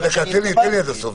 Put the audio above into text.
רגע, תן לי עד הסוף.